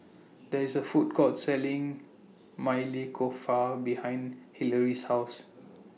There IS A Food Court Selling Maili Kofta behind Hillery's House